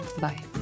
Bye